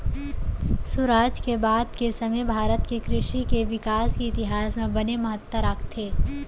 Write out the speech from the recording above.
सुराज के बाद के समे भारत के कृसि के बिकास के इतिहास म बने महत्ता राखथे